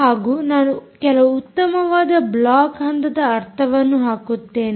ಹಾಗೂ ನಾನು ಕೆಲವು ಉತ್ತಮವಾದ ಬ್ಲಾಕ್ ಹಂತದ ಅರ್ಥವನ್ನು ಹಾಕುತ್ತೇನೆ